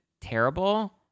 terrible